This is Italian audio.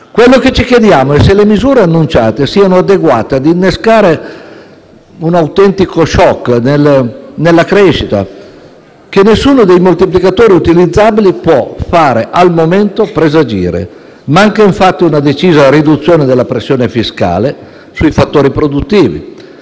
Quello che ci chiediamo è se le misure annunciate siano adeguate a innescare un autentico *shock* nella crescita, che nessuno dei moltiplicatori utilizzabili può al momento far presagire. Manca infatti una decisa riduzione della pressione fiscale sui fattori produttivi.